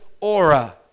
aura